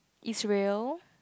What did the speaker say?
Isreal